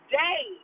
day